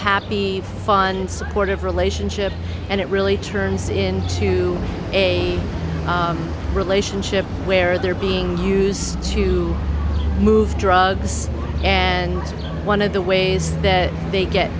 happy fun supportive relationship and it really turns into a relationship where they're being used to move drugs and one of the ways that they get